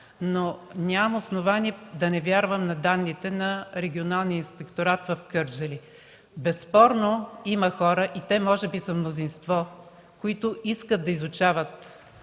Но нямам основание да не вярвам на данните на Регионалния инспекторат по образование в Кърджали. Безспорно има хора, и те може би са мнозинство, които искат да изучават